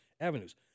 avenues